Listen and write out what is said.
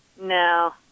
No